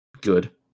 good